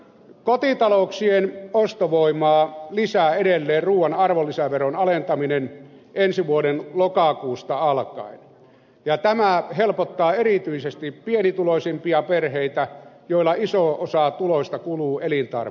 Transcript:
kotitalouksien ostovoimaa lisää edelleen ruuan arvonlisäveron alentaminen ensi vuoden lokakuusta alkaen ja tämä helpottaa erityisesti pienituloisimpia perheitä joilla iso osa tuloista kuluu elintarvikkeisiin